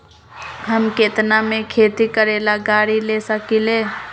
हम केतना में खेती करेला गाड़ी ले सकींले?